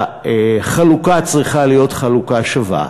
והחלוקה צריכה להיות חלוקה שווה,